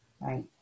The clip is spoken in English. right